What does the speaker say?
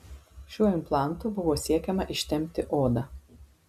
šiuo implantu buvo siekiama ištempti odą